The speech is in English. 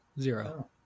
Zero